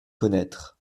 connaître